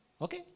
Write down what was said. Okay